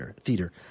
theater